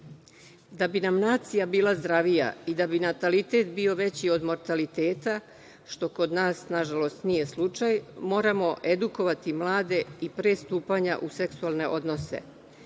bi nam nacija bila zdravija i da bi natalitet bio veći od mortaliteta, što kod nas, nažalost, nije slučaj, moramo edukovati mlade i pre stupanja u seksualne odnose.